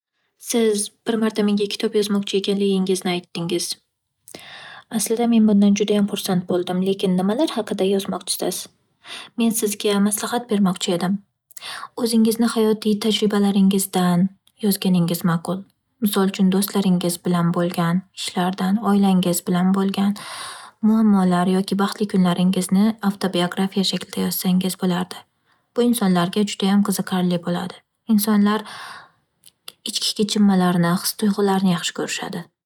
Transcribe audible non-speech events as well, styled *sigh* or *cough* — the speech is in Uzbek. Siz bir marta menga kitob yozmoqchi ekanligingizni aytdingiz. Aslida men bundan judayam xursand bo'ldim. Lekin nimalar haqida yozmoqchisiz? Men sizga maslahat bermoqchi edim. O'zingizni hayotiy tajribalaringizdan yozganingiz ma'qul. Misol uchun, do'stlaringiz bilan bo'lgan ishlardan, oilangiz bilan bo'lgan muammolar *noise* yoki baxtli kunlaringizni avtobiografiya shaklida yozsangiz bo'lardi. Bu insonlarga judayam qiziqarli bo'ladi. Insonlar ichki kechinmalarni, his tuyg'ularni yaxshi ko'rishadi.